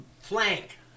Flank